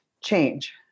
change